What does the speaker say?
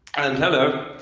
and hello.